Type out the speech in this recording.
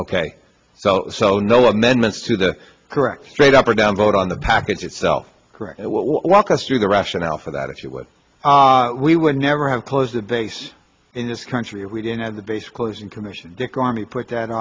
ok so so no amendments to the correct straight up or down vote on the package itself correct it walk us through the rationale for that if you would we would never have closed a base in this country if we didn't have the base closing commission dick armey put that